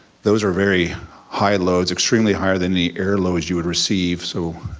those are very high loads, extremely higher than the air loads you would receive, so